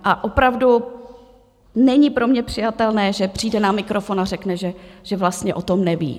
A opravdu není pro mě přijatelné, že přijde na mikrofon a řekne, že vlastně o tom neví.